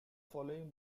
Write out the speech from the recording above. following